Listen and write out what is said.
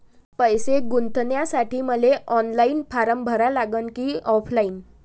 पैसे गुंतन्यासाठी मले ऑनलाईन फारम भरा लागन की ऑफलाईन?